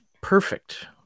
perfect